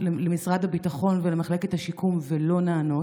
למשרד הביטחון ולמחלקת השיקום ולא נענות.